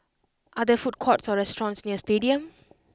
are there food courts or restaurants near Stadium